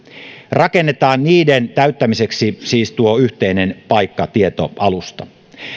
rakennetaan niiden täyttämiseksi siis tuo yhteinen paikkatietoalusta